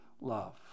love